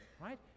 right